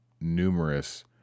numerous